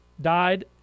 died